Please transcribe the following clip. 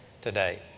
today